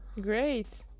great